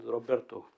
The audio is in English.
Roberto